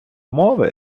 мови